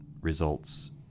results